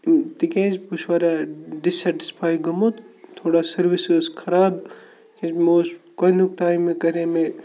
تِکیٛازِ بہٕ چھُس واریاہ ڈِسسٮ۪ٹِسفَے گوٚمُت تھوڑا سٔروِس ٲس خراب کیٛازِ مےٚ اوس گۄڈٕنیُک ٹایم کَرے مےٚ